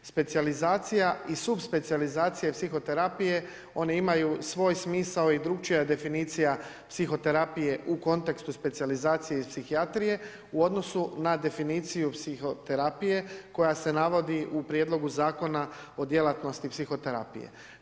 Specijalizacija i subspecijalizacija psihoterapije one imaju svoj smisao i drukčija definicija psihoterapije u kontekstu specijalizacije i psihijatrije u odnosu na definiciju psihoterapije koja se navodi u Prijedlogu zakona o djelatnosti psihoterapije.